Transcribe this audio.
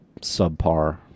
subpar